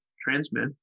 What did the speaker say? transmit